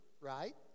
right